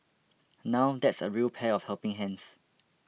now that's a real pair of helping hands